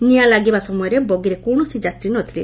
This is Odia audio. ନିଆଁ ଲାଗିବା ସମୟରେ ବଗିରେ କୌଣସି ଯାତ୍ରୀ ନ ଥିଲେ